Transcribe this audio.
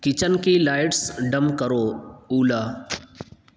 kitchen کی lights dim کرو اولا